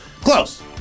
close